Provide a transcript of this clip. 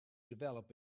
develop